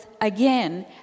again